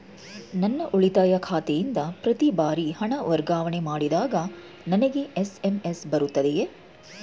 ನನ್ನ ಉಳಿತಾಯ ಖಾತೆಯಿಂದ ಪ್ರತಿ ಬಾರಿ ಹಣ ವರ್ಗಾವಣೆ ಮಾಡಿದಾಗ ನನಗೆ ಎಸ್.ಎಂ.ಎಸ್ ಬರುತ್ತದೆಯೇ?